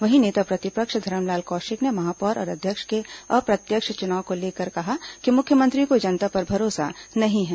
वहीं नेता प्रतिपक्ष धरमलाल कौशिक ने महापौर और अध्यक्ष के अप्रत्यक्ष चुनाव को लेकर कहा है कि मुख्यमंत्री को जनता पर भरोसा नहीं है